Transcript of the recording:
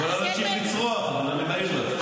את יכולה להמשיך לצרוח, אבל אני מעיר לך.